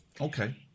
Okay